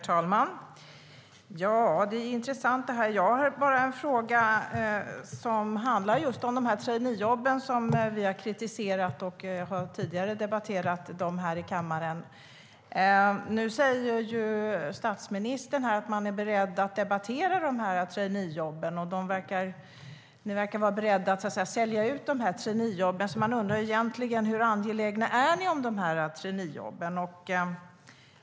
Herr talman! Det är intressant, det här. Jag har en fråga som handlar just om traineejobben, som vi tidigare har kritiserat och debatterat här i kammaren. Därför undrar vi hur angelägna ni egentligen är om traineejobben.